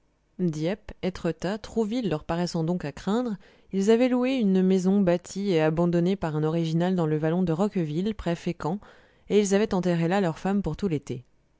dieppe etretat trouville leur paraissant donc à craindre ils avaient loué une maison bâtie et abandonnée par un original dans le vallon de roqueville près fécamp et ils avaient enterré là leurs femmes pour tout l'été